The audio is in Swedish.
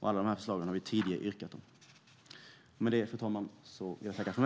Alla de förslagen har vi tidigare fört fram.